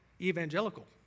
evangelical